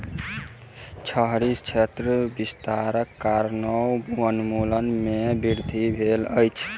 शहरी क्षेत्रक विस्तारक कारणेँ वनोन्मूलन में वृद्धि भेल अछि